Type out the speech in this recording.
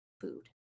food